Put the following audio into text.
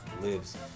lives